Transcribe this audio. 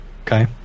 Okay